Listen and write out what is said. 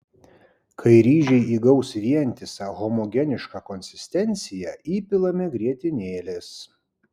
kai ryžiai įgaus vientisą homogenišką konsistenciją įpilame grietinėlės